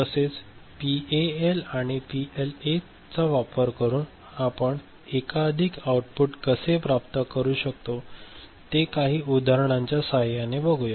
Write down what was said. तसेच पीएएल आणि पीएलएचा वापर करून आपण एकाधिक आऊटपुट कसे प्राप्त करू शकतो ते आपण काही उदाहरणांच्या साहाय्याने बघूया